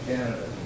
Canada